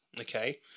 Okay